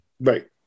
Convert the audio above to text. Right